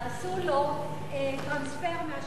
עשו לו טרנספר מהשטחים,